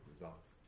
results